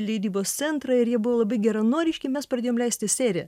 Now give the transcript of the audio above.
leidybos centrą ir jie buvo labai geranoriški mes pradėjom leisti seriją